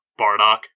Bardock